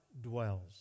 dwells